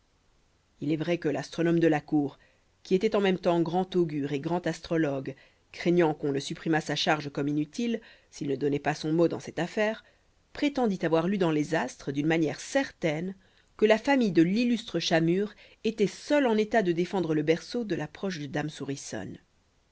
il est vrai que l'astronome de la cour qui était en même temps grand augure et grand astrologue craignant qu'on ne supprimât sa charge comme inutile s'il ne donnait pas son mot dans cette affaire prétendit avoir lu dans les astres d'une manière certaine que la famille de l'illustre chat murr était seule en état de défendre le berceau de l'approche de dame